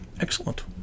Excellent